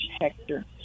Hector